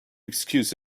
excuse